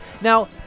Now